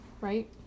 Right